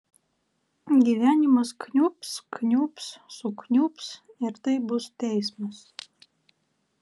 gyvenimas kniubs kniubs sukniubs ir tai bus teismas